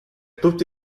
tutti